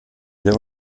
der